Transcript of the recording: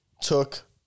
took